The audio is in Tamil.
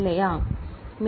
இல்லையா சரி